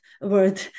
word